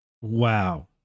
Wow